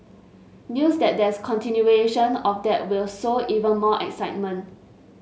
news that there's continuation of that will sow even more excitement